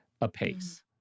apace